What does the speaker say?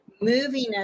moving